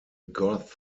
goths